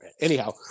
Anyhow